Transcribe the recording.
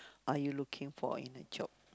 are you looking for in a job